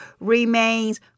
remains